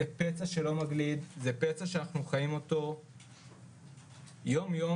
זה פצע שלא מגליד, פצע שאנחנו חיים יום יום.